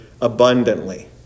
abundantly